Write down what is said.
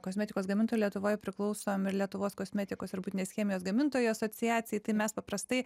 kosmetikos gamintojų lietuvoj priklausom lietuvos kosmetikos ir buitinės chemijos gamintojų asociacijai tai mes paprastai